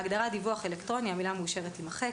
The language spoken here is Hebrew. בהגדרה "דיווח אלקטרוני", המילה "מאושרת" תימחק.